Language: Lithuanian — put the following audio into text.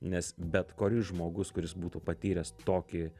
nes bet kuris žmogus kuris būtų patyręs tokį